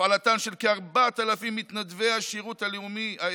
הפעלתם של כ-4,000 מתנדבי השירות הלאומי האזרחי,